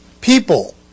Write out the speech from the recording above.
people